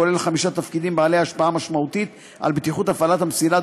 הכולל חמישה תפקידים בעלי השפעה משמעותית על בטיחות הפעלת המסילה,